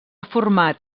format